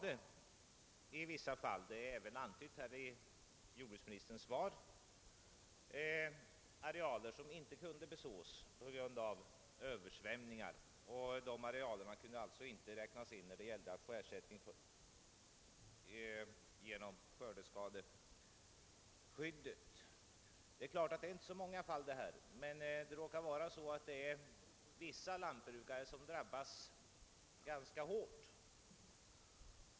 Just i fjol — vilket också antytts i jordbruksministerns svar — fanns det vissa arealer som på grund av översvämningar inte kunde besås. Dessa arealer kunde alltså inte medräknas vid beräkningen av skördeskadeersättning. Det är klart att det här inte är fråga om särskilt många fall. Men det råkar vara så att vissa lantbrukare drabbas ganska hårt.